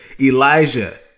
Elijah